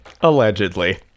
allegedly